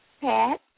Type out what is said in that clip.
Pat